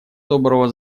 доброго